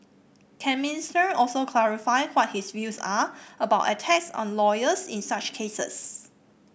can Minister also clarify what his views are about attacks on lawyers in such cases